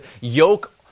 yoke